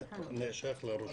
זה שייך לרשות.